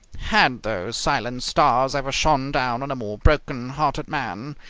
had those silent stars ever shone down on a more broken-hearted man?